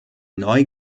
neu